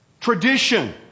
tradition